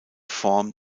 form